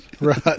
Right